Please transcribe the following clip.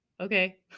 Okay